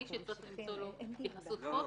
שצריך למצוא התייחסות פה,